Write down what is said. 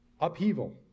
upheaval